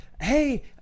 hey